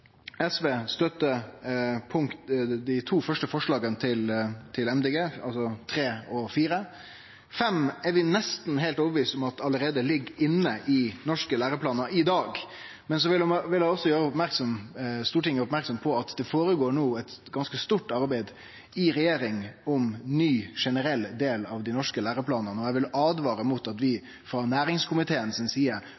SV støttar dei to første forslaga frå Miljøpartiet Dei Grøne, altså forslaga nr. 3 og 4. Når det gjeld forslag nr. 5, er vi nesten heilt overbeviste om at det allereie ligg inne i norske læreplanar i dag. Eg vil også gjere Stortinget merksam på at det no føregår eit ganske stort arbeid i regjeringa med ny generell del av dei norske læreplanane. Eg vil åtvare mot at vi